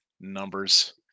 numbers